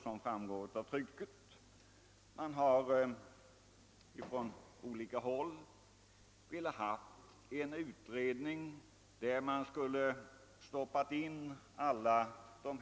Som framgår av utskottsutlåtandet har från olika håll begärts en utredning beträffande hela detta problemkomplex.